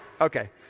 Okay